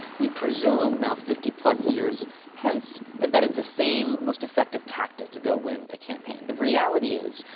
we presume now, fifty plus years hence, that that is the same, most effective tactic to go win a campaign. the reality is,